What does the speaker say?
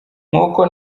nk’uko